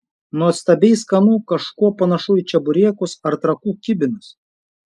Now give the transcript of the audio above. nuostabiai skanu kažkuo panašu į čeburekus ar trakų kibinus